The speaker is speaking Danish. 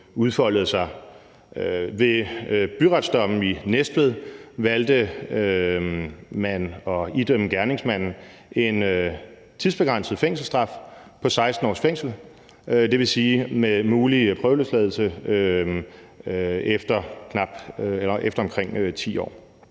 udfoldede sig. Ved byretsdommen i Næstved valgte man at idømme gerningsmanden en tidsbegrænset fængselsstraf på 16 års fængsel, det vil sige med mulig prøveløsladelse efter omkring 10 år.